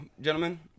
gentlemen